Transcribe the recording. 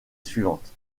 suivante